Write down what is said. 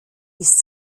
ist